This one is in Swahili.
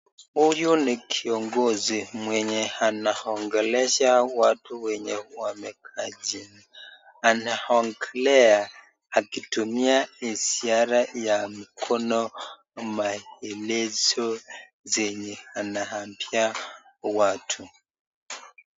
Huyu ni kiongozi mwenye anaongelesha watu wenye wamekaa chini. Anaongelea akitumia ishara ya mikono, maelezo yenye anaambia watu.